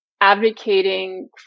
advocating